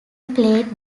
played